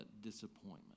disappointment